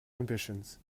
ambitions